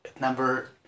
number